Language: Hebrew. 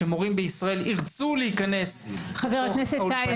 שמורים בישראל ירצו להיכנס- -- חבר הכנסת טייב,